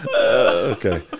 Okay